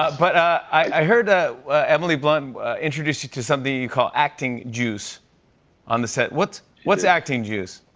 ah but i heard ah emily blunt introduced you to something you call acting juice on the set. what's what's acting juice?